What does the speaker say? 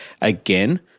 Again